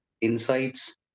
insights